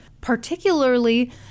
particularly